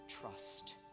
trust